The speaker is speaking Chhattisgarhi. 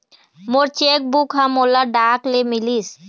मोर चेक बुक ह मोला डाक ले मिलिस